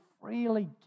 freely